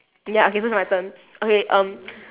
ya okay so so it's my turn okay um